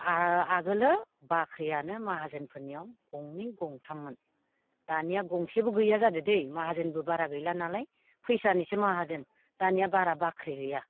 आगोलो बाख्रियानो माहाजोन फोरनियाव गंनै गंथाममोन दानिया गंसेबो गैया जादोदै माहाजोनबो बारा गैला नालाय फैसानिसो माहाजोन दानिया बारा बाख्रि गैया